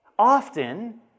Often